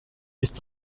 ist